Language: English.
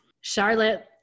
Charlotte